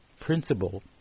principle